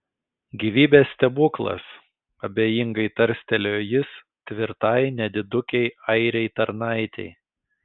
gyvybės stebuklas abejingai tarstelėjo jis tvirtai nedidukei airei tarnaitei